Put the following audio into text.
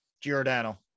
Giordano